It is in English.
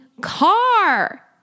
car